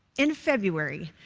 in february,